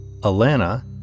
Alana